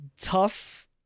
tough